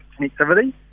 connectivity